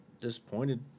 disappointed